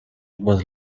was